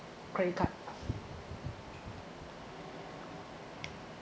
credit card